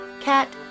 Cat